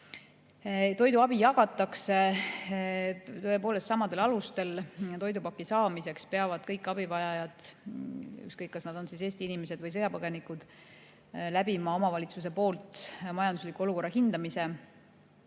Toiduabi jagatakse samadel alustel, toidupaki saamiseks peavad kõik abivajajad – ükskõik, kas nad on Eesti inimesed või sõjapõgenikud – läbima omavalitsuse poolt majandusliku olukorra hindamise.